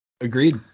Agreed